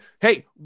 Hey